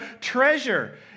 treasure